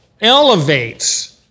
elevates